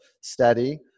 Steady